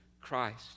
Christ